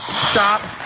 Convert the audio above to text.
stop,